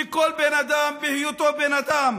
מכל בן אדם בהיותו בן אדם,